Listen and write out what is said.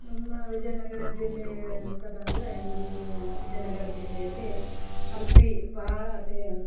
ನಮ್ಮ ವಿಜಯನಗರ ಜಿಲ್ಲೆ ಅಂತ ಬಂದರೆ ನಮ್ಮ ವಿಜಯನಗರ ಜಿಲ್ಲೆಯಲ್ಲಿ ಹಂಪಿ ಭಾಳ ಫೆ